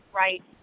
right